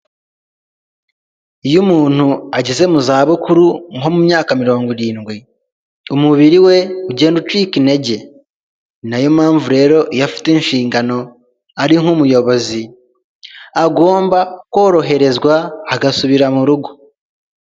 Iyo umuntu ageze mu za bukuru nko mu myaka mirongo irindwi, umubiri we ugenda ucika intege, ni nayo mpamvu rero iyo afite inshingano ari nk'umuyobozi agomba koroherezwa agasubira mu rugo.